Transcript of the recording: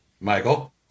Michael